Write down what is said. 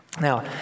Now